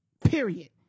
period